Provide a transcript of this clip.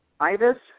IVIS